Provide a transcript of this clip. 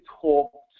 talk